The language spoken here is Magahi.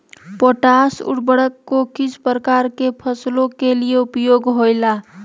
पोटास उर्वरक को किस प्रकार के फसलों के लिए उपयोग होईला?